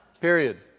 Period